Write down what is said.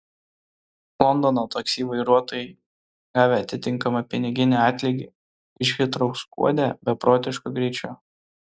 londono taksi vairuotojai gavę atitinkamą piniginį atlygį iš hitrou skuodė beprotišku greičiu